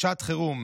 שעת חירום,